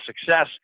Success